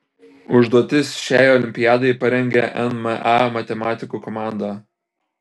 užduotis šiai olimpiadai parengė nma matematikų komanda